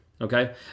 Okay